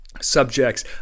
subjects